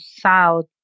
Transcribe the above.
south